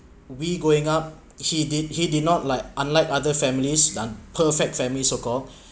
we going up he did he did not like unlike other families dan perfect family circle